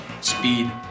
speed